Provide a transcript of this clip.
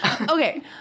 Okay